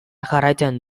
jarraitzen